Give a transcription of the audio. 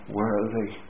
worthy